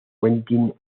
quentin